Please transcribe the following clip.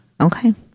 Okay